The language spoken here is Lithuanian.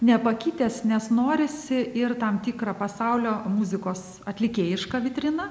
nepakitęs nes norisi ir tam tikrą pasaulio muzikos atlikėjišką vitriną